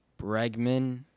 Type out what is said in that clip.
Bregman